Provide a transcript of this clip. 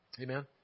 Amen